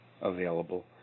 available